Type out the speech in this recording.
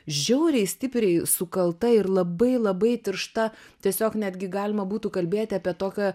žiauriai stipriai sukalta ir labai labai tiršta tiesiog netgi galima būtų kalbėti apie tokią